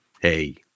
hey